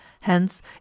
Hence